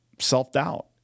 self-doubt